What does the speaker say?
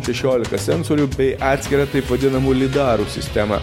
šešiolika sensorių bei atskirą taip vadinamų lidarų sistemą